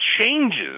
changes